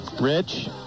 rich